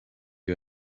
you